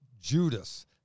Judas